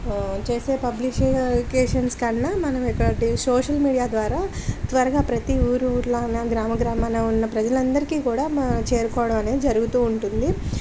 చేసే పబ్లిసిటీ కన్నా మనం ఇక్కడి సోషల్ మీడియా ద్వారా త్వరగా ప్రతి ఊరు ఊర్లో అన్న గ్రామ గ్రామంలో ఉన్న ప్రజలందరికీ కూడా మనం చేరుకోవడం అనేది జరుగుతూ ఉంటుంది